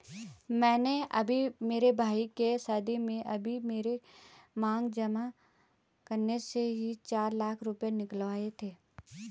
मैंने अभी मेरे भाई के शादी में अभी मेरे मांग जमा खाते से ही चार लाख रुपए निकलवाए थे